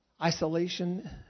Isolation